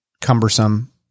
cumbersome